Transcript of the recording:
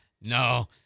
No